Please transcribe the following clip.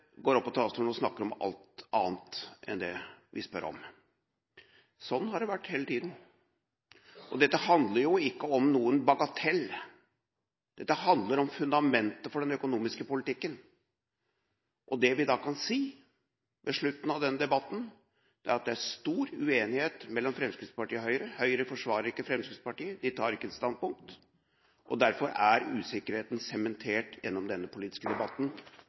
opp på talerstolen og snakket om alt annet enn det vi spør om. Sånn har det vært hele tiden. Dette handler jo ikke om en bagatell, dette handler om fundamentet for den økonomiske politikken. Det vi kan si ved slutten av denne debatten, er at det er stor uenighet mellom Fremskrittspartiet og Høyre. Høyre forsvarer ikke Fremskrittspartiet – de tar ikke et standpunkt. Derfor er usikkerheten sementert gjennom denne politiske debatten.